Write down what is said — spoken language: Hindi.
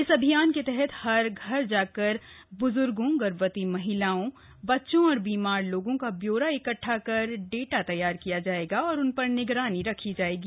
इस अभियान के तहत हर घर जाकर बुजुर्गों गर्भवती महिलाओं बच्चों और बीमार लोगों का ब्योरा इकट्ठा कर डाटा तैयार किया जाएगा और उन पर निगरानी रखी जाएगी